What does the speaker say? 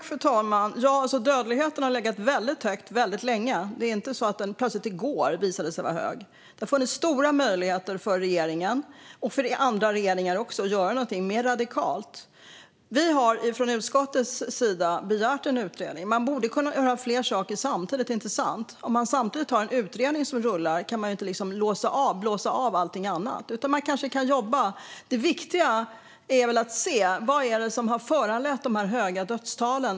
Fru talman! Dödligheten har legat väldigt högt väldigt länge. Det är inte så att den plötsligt i går visade sig vara hög. Det har funnits stora möjligheter för regeringen, och också för andra regeringar, att göra någonting mer radikalt. Vi har från utskottets sida begärt en utredning. Man borde kunna göra flera saker samtidigt, inte sant? Om man samtidigt har en utredning som rullar kan man inte blåsa av allting annat, utan man kanske kan jobba. Det viktiga är väl att se: Vad är det som har föranlett de höga dödstalen?